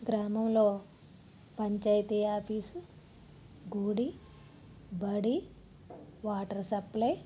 గ్రామంలో పంచాయితీ ఆఫీస్ గుడి బడి వాటర్ సప్లై